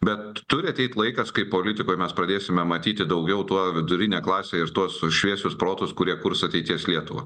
bet turi ateiti laikas kai politikoj mes pradėsime matyti daugiau tuo vidurinę klasę ir tuos šviesius protus kurie kurs ateities lietuvą